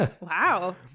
Wow